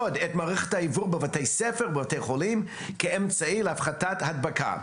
את מערכת האוורור בבתי ספר ובתי חולים כאמצעי להפחתת הדבקה.